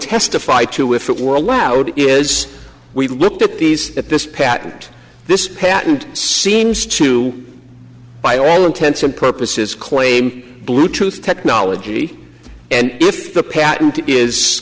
testify to if it were allowed is we looked at these at this patent this patent seems to by all intents and purposes claim bluetooth technology and if the patent is